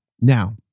Now